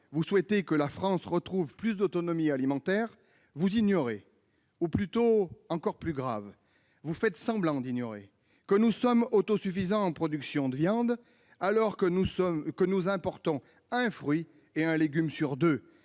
vous souhaitez que la France retrouve plus d'autonomie alimentaire, vous ignorez- plutôt, encore plus grave, vous faites semblant d'ignorer -que nous sommes autosuffisants en viande, alors que nous importons un fruit et un légume sur deux,